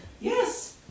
Yes